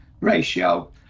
ratio